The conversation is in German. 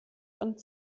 und